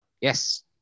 Yes